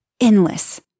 endless